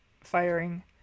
firing